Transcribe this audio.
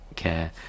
care